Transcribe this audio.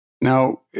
Now